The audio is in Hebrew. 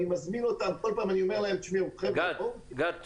אני מזמין אותם -- גד תודה,